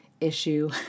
issue